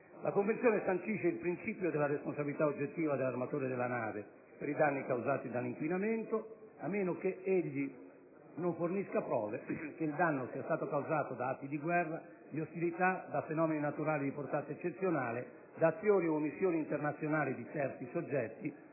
La Convenzione sancisce il principio della responsabilità oggettiva dell'armatore della nave per i danni causati dall'inquinamento, a meno che egli non fornisca le prove che il danno sia stato causato da atti di guerra o da ostilità, da fenomeni naturali di portata eccezionale, da azioni o omissioni intenzionali di terzi soggetti